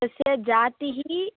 तस्य जातिः